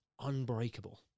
unbreakable